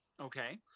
Okay